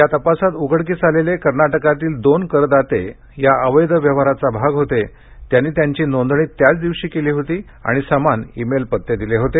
या तपासात उघडकीस आलेले कर्नाटकातील दोन करदाते या अवैध व्यवहाराचा भाग होते त्यांनी त्यांची नोंदणी त्याच दिवशी केली होती आणि समान ईमेल पत्ते दिले होते